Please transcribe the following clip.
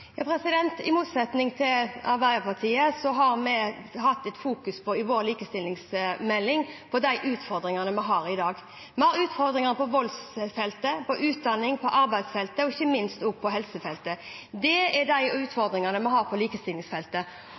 I motsetning til Arbeiderpartiet har vi i vår likestillingsmelding fokusert på de utfordringene vi har i dag. Vi har utfordringer på voldsfeltet, på utdanning, på arbeidsfeltet og ikke minst på helsefeltet. Det er de utfordringene vi har på likestillingsfeltet.